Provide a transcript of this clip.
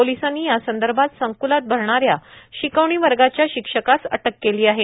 पोलीसांनी या संदर्भात संकूलात भरणा या शिकवणी वर्गाच्या शिक्षकास अटक केली आहे